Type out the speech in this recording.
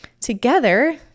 together